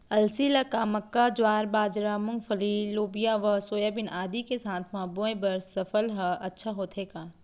अलसी ल का मक्का, ज्वार, बाजरा, मूंगफली, लोबिया व सोयाबीन आदि के साथ म बोये बर सफल ह अच्छा होथे का?